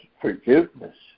forgiveness